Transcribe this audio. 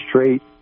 straight